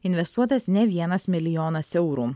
investuotas ne vienas milijonas eurų